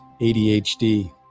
ADHD